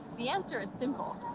the answer is simple.